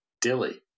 Dilly